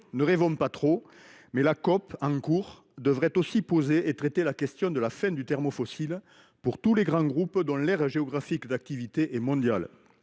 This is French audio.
Ne rêvons pas trop, mais la COP28 qui vient de s’ouvrir devrait traiter la question de la fin du thermo fossile pour tous les grands groupes dont l’aire géographique d’activité est mondiale.